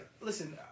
Listen